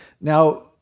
Now